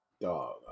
Dog